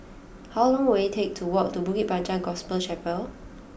how long will it take to walk to Bukit Panjang Gospel Chapel